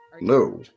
No